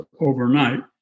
overnight